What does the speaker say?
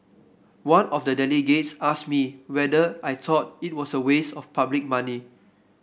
one of the delegates asked me whether I thought it was a waste of public money